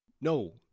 No